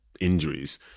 injuries